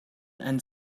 and